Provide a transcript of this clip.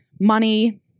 money